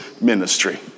ministry